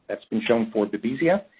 that's been shown for babesia,